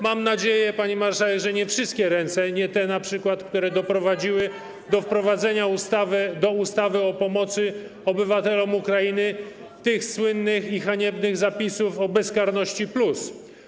Mam nadzieję, pani marszałek, że nie wszystkie ręce, np. nie te, które doprowadziły do wprowadzenia do ustawy o pomocy obywatelom Ukrainy tych słynnych, haniebnych zapisów o ˝bezkarności+˝